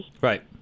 Right